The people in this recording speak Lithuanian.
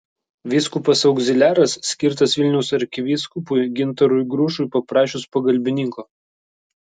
vyskupas augziliaras skirtas vilniaus arkivyskupui gintarui grušui paprašius pagalbininko